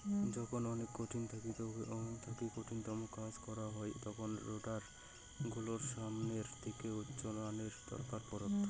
যখন অনেক কঠিন থাকি কঠিনতম কাজ করাং হউ তখন রোডার গুলোর সামনের দিকে উচ্চটানের দরকার পড়ত